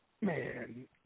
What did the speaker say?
Man